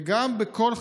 וגם בכל חקיקה,